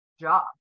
job